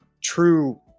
true